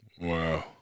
Wow